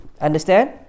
understand